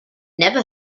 never